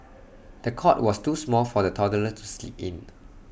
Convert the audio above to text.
the cot was too small for the toddler to sleep in